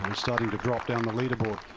um starting to drop down the leaderboard.